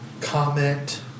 comment